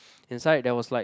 inside there was like